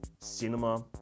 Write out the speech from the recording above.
Cinema